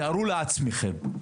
תארו לעצמכם.